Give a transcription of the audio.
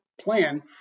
plan